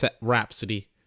Rhapsody